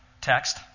text